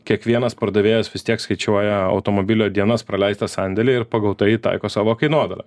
kiekvienas pardavėjas vis tiek skaičiuoja automobilio dienas praleistas sandėly ir pagal tai taiko savo kainodarą